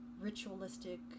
ritualistic